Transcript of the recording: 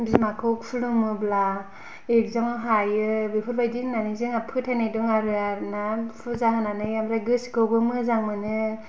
बिमाखौ खुलुमोब्ला इकजामाव हायो बेफोरबादि होनना जोंहा फोथायनाय दं आरोना फुजा होनानै ओमफ्राय गोसोखौबो मोजां मोनो